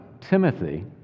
Timothy